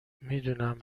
میدونم